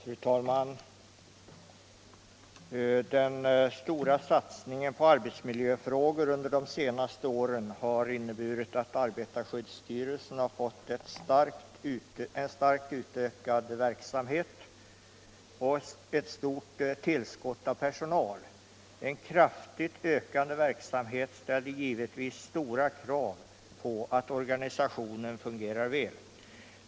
Fru talman! Den stora satsningen på arbetsmiljöfrågor under de senaste åren har inneburit att arbetarskyddsstyrelsen fått en starkt utökad verksamhet och ett stort tillskott av personal. En kraftigt ökande verksamhet ställer givetvis stora krav på att organisationen fungerar väl.